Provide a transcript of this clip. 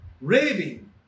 raving